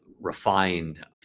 refined